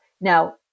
Now